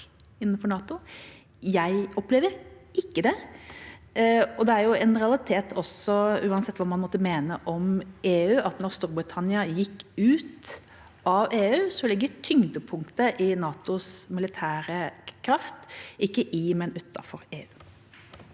innenfor NATO. Jeg opplever ikke det. Det er jo en realitet også, uansett hva man måtte mene om EU, at når Storbritannia har gått ut av EU, ligger tyngdepunktet i NATOs militære kraft ikke i, men utenfor EU.